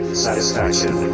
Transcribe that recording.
satisfaction